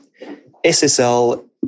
SSL